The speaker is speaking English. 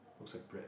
looks like bread